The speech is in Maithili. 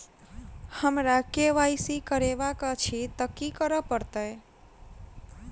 हमरा केँ वाई सी करेवाक अछि तऽ की करऽ पड़तै?